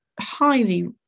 highly